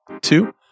two